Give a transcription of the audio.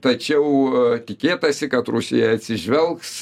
tačiau tikėtasi kad rusija atsižvelgs